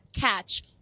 catch